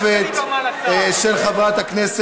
שליברמן עשה אני קורא אותך לסדר פעם שנייה.